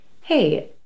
Hey